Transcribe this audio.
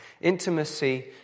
intimacy